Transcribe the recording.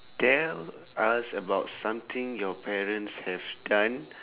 tell us about something your parents have done